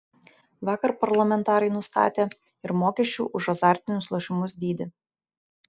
vakar parlamentarai nustatė ir mokesčių už azartinius lošimus dydį